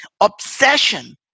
Obsession